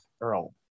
Earl